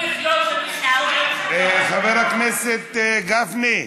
חבר הכנסת גפני,